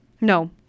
No